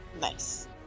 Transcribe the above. Nice